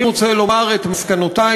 אני רוצה לומר את מסקנותי,